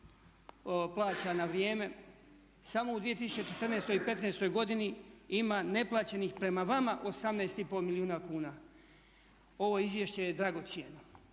plaća na vrijeme samo u 2014. i petnaestoj godini ima neplaćenih prema vama 18 i pol milijuna kuna. Ovo izvješće je dragocjeno